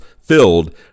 filled